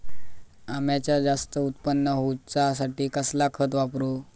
अम्याचा जास्त उत्पन्न होवचासाठी कसला खत वापरू?